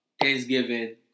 Thanksgiving